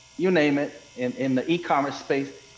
you name it, in in the e commerce space,